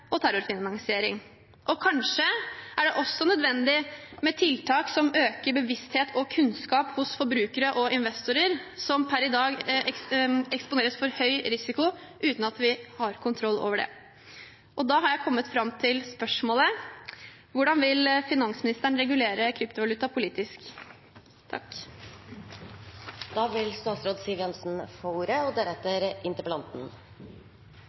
og terrorfinansiering. Kanskje er det også nødvendig med tiltak som øker bevissthet og kunnskap hos forbrukere og investorer, som per i dag eksponeres for høy risiko uten at vi har kontroll over det. Da har jeg kommet fram til spørsmålet: Hvordan vil finansministeren regulere kryptovaluta politisk?